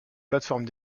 plateformes